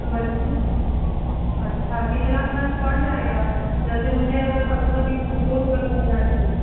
मज़बूत अच्छा कितना ख़र्च पड़ जाएगा जैसे मुझे अगर पंद्रह बीस घरों में लगवाना है तो